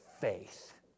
faith